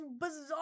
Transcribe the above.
bizarre